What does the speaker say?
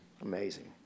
Amazing